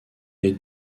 est